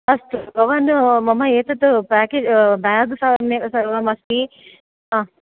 अस्तु भवान् मम एतत् पेके बेग् सवर्ण् सर्वं अस्ति आम्